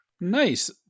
Nice